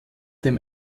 dem